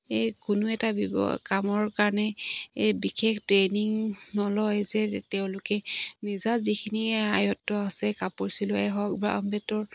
এই কোনো এটা কামৰ কাৰণে এই বিশেষ ট্ৰেইনিং নলয় যে তেওঁলোকে নিজা যিখিনি আয়ত্ব আছে কাপোৰ চিলোৱাই হওক বা বাঁহ বেতৰ